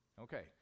Okay